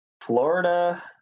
Florida